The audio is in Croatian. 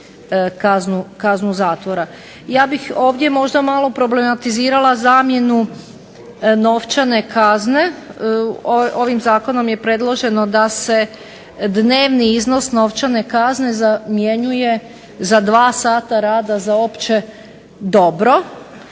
kaznu zatvora. Ja bi ovdje malo problematizirala zamjenu novčane kazne. Ovim zakonom je predloženo da se dnevni iznos novčane kazne zamjenjuje za 2 sata rada za opće dobro.